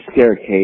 staircase